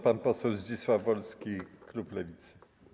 Pan poseł Zdzisław Wolski, klub Lewicy.